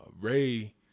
Ray